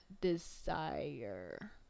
Desire